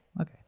Okay